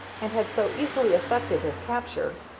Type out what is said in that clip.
and had so easily effected his capture,